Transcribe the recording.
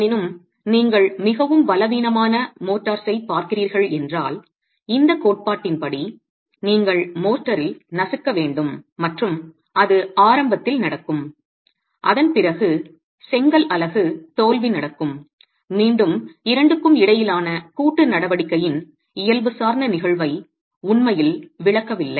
எனினும் நீங்கள் மிகவும் பலவீனமான மோர்ட்டார்ஸைப் பார்க்கிறீர்கள் என்றால் இந்த கோட்பாட்டின் படி நீங்கள் மோர்ட்டாரில் நசுக்க வேண்டும் மற்றும் அது ஆரம்பத்தில் நடக்கும் அதன் பிறகு செங்கல் அலகு தோல்வி நடக்கும் மீண்டும் இரண்டுக்கும் இடையிலான கூட்டு நடவடிக்கையின் இயல்பு சார்ந்த நிகழ்வை உண்மையில் விளக்கவில்லை